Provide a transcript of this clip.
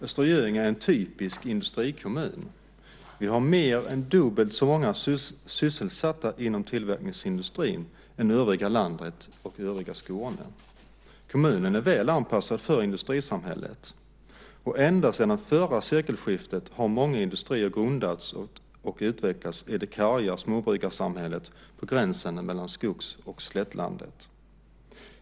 Östra Göinge är en typisk industrikommun. Vi har mer än dubbelt så många sysselsatta inom tillverkningsindustrin som övriga landet och övriga Skåne. Kommunen är väl anpassad för industrisamhället. Ända sedan förra sekelskiftet har många industrier grundats och utvecklats i det karga småbrukarsamhället på gränsen mellan skogs och slättlandet.